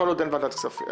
כל עוד אין ועדת פנים.